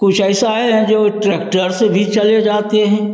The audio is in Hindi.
कुछ ऐसा है जो ट्रैक्टर से भी चले जाते हैं